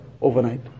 overnight